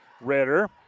Ritter